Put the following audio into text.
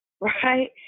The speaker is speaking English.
right